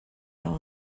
all